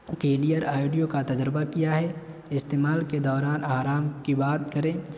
کیلیر audio کا تجربہ کیا ہے استعمال کے دوران آرام کی بات کریں